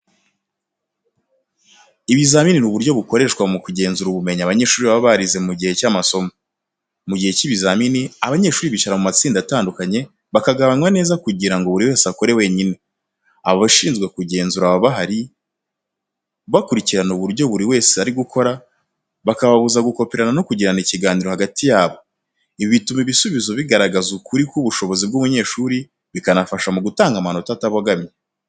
Ibizamini ni uburyo bukoreshwa mu kugenzura ubumenyi abanyeshuri baba barize mu gihe cy’amasomo. Mu gihe cy'ibizamini, abanyeshuri bicara mu matsinda atandukanye, bakagabanywa neza kugira ngo buri wese akore wenyine. Abashinzwe kugenzura baba bahari, bakurikirana uburyo buri wese ari gukora, bakabuza gukoperana no kugirana ikiganiro hagati yabo. Ibi bituma ibisubizo bigaragaza ukuri k’ubushobozi bw’umunyeshuri, bikanafasha mu gutanga amanota atabogamye.